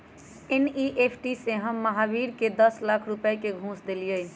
NEFT से हम महावीर के दस लाख रुपए का घुस देलीअई